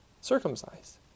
circumcised